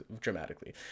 dramatically